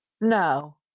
No